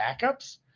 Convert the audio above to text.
backups